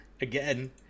again